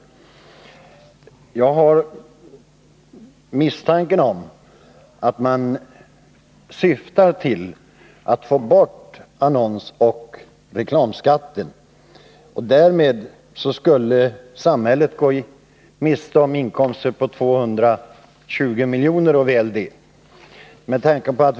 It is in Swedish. Jag har misstanken om att syftet är att få bort annonsoch reklamskatten. Därmed skulle samhället gå miste om inkomster på 220 milj.kr. och väl det.